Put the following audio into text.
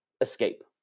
escape